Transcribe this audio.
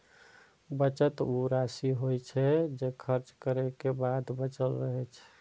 बचत ऊ राशि होइ छै, जे खर्च करै के बाद बचल रहै छै